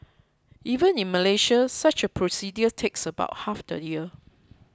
even in Malaysia such a procedure takes about half the year